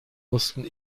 mussten